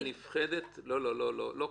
ניצן, לא כך.